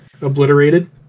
obliterated